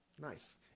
Nice